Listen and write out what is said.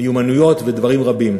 מיומנויות ודברים רבים.